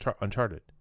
Uncharted